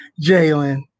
Jalen